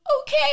okay